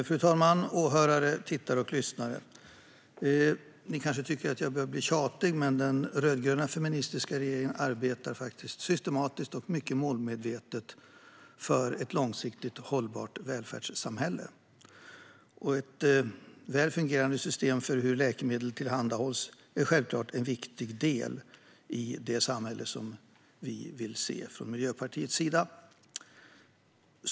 Fru talman! Åhörare, tittare och lyssnare! Ni kanske tycker att jag börjar bli tjatig som säger det, men den rödgröna feministiska regeringen arbetar systematiskt och mycket målmedvetet för ett långsiktigt hållbart välfärdssamhälle. Ett väl fungerande system för hur läkemedel tillhandahålls är självklart en viktig del i det samhälle vi i Miljöpartiet vill se.